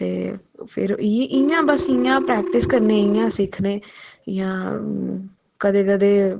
ते इयां गा बस इयां गै परैक्टिस करने इयां गै सिक्खनें इयां कदें कदें